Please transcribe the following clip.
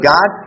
God